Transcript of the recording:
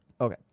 Okay